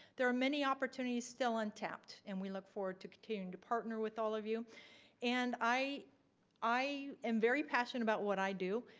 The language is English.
there are many opportunities still untapped, and we look forward to continuing to partner with all of you and i i am very passionate about what i do.